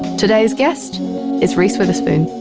today's guest is reese witherspoon.